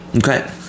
Okay